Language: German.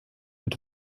mit